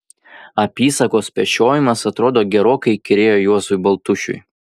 apysakos pešiojimas atrodo gerokai įkyrėjo juozui baltušiui